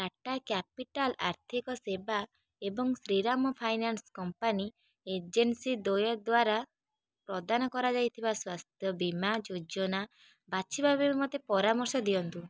Tata Capital ଆର୍ଥିକ ସେବା ଏବଂ ଶ୍ରୀରାମ ଫାଇନାନ୍ସ କମ୍ପାନୀ ଏଜେନ୍ସି ଦ୍ୱୟ ଦ୍ଵାରା ପ୍ରଦାନ କରାଯାଇଥିବା ସ୍ୱାସ୍ଥ୍ୟ ବୀମା ଯୋଜନା ବାଛିବା ପାଇଁ ମୋତେ ପରାମର୍ଶ ଦିଅନ୍ତୁ